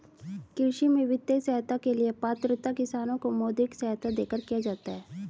कृषि में वित्तीय सहायता के लिए पात्रता किसानों को मौद्रिक सहायता देकर किया जाता है